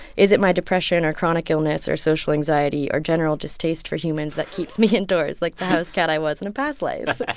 is it my depression or chronic illness or social anxiety or general distaste for humans that keeps me indoors like the house cat i was in a past life?